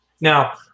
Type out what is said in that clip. now